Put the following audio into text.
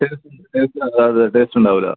ഏത് ടേസ്റ്റില്ല അത് ടേസ്റ്റുണ്ടാവൂല